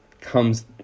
comes